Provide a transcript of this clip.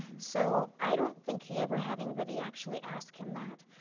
so i don't think he ever had anybody actually ask him that.